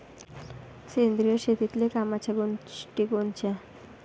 सेंद्रिय शेतीतले कामाच्या गोष्टी कोनच्या?